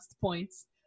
points